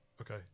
Okay